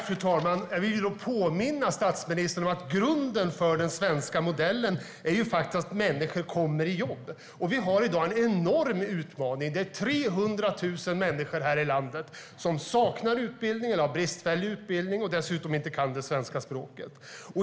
Fru talman! Jag vill påminna statsministern om att grunden för den svenska modellen är att människor kommer i jobb. Vi har i dag en enorm utmaning. Det är 300 000 människor här i landet som saknar utbildning eller har bristfällig utbildning och dessutom inte kan det svenska språket.